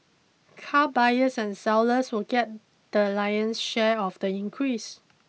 car buyers and sellers will get the lion's share of the increase